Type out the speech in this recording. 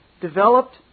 developed